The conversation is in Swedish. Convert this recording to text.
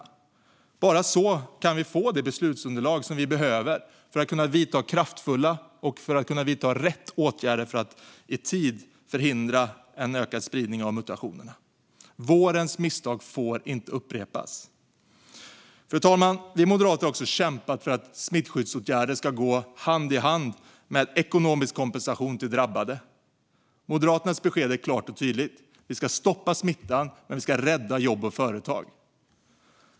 Det är bara på detta sätt som vi kan få det beslutsunderlag som vi behöver för kunna vidta kraftfulla och riktiga åtgärder för att i tid förhindra en ökad spridning av mutationerna. Vårens misstag får inte upprepas. Fru talman! Vi moderater har också kämpat för att smittskyddsåtgärder ska gå hand i hand med ekonomisk kompensation till drabbade. Moderaternas besked är klart och tydligt: Vi ska stoppa smittan men rädda jobb och företag.